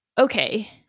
okay